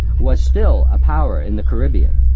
was still a power in the caribbean.